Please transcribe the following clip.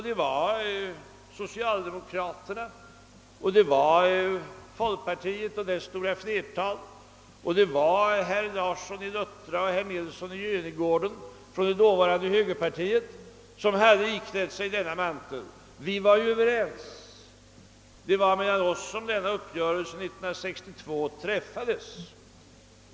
Det var socialdemokraterna, det var folkpartiets stora flertal och det var herr Larsson i Luttra från centerpartiet och herr Nilsson i Göingegården från det dåvarande högerpartiet som hade iklätt sig denna mantel. Vi var överens. Det var mellan oss som denna uppgörelse träffades år 1962.